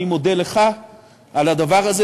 אני מודה לך על הדבר הזה.